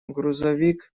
грузовик